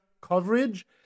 coverage